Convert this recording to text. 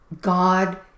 God